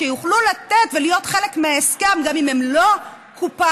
שיוכלו לתת ולהיות חלק מההסכם גם אם הם לא בקופה,